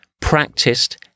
practiced